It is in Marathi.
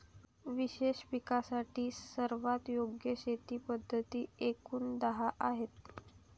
विशेष पिकांसाठी सर्वात योग्य शेती पद्धती एकूण दहा आहेत